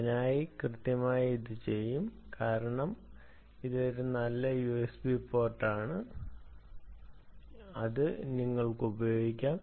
അതിനാൽ കൃത്യമായി ഇത് ചെയ്യും കാരണം ഇവിടെ ഒരു നല്ല യുഎസ്ബി പോർട്ട് ഉണ്ട് അത് നിങ്ങൾക്ക് ഉപയോഗിക്കാം